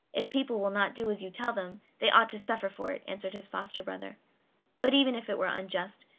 if people will not do as you tell them they ought to suffer for it, answered his foster-brother but even if it were unjust,